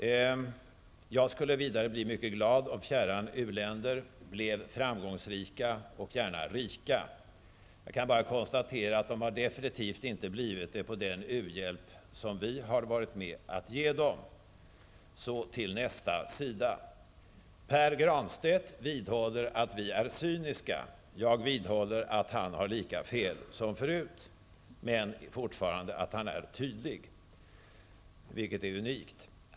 Jag skulle vidare bli mycket glad om fjärran uländer blev framgångsrika och gärna rika. Jag kan bara konstatera att de definitivt inte har blivit det på den u-hjälp som vi har varit med om att ge dem. Så till nästa sida. Pär Granstedt vidhåller att vi är cyniska. Jag vidhåller att han har lika fel som förut men att han är tydlig -- vilket är unikt.